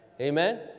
Amen